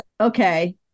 okay